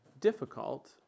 difficult